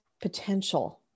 potential